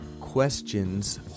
Questions